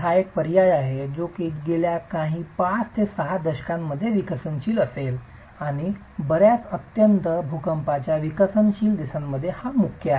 हा एक पर्याय आहे जो गेल्या काही दशकांत 5 to 6 दशकांमध्ये विकसनशील आहे आणि बर्याच अत्यंत भूकंपाच्या विकसनशील देशांमध्ये हा मुख्य आहे